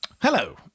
hello